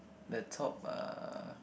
the top uh